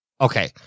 Okay